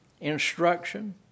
instruction